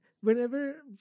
Whenever